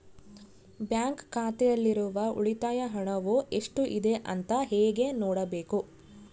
Bank ಖಾತೆಯಲ್ಲಿರುವ ಉಳಿತಾಯ ಹಣವು ಎಷ್ಟುಇದೆ ಅಂತ ಹೇಗೆ ನೋಡಬೇಕು?